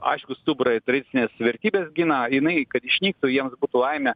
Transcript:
aiškų stuburą ir tradicines vertybes gina jinai kad išnyktų jiems būtų laimė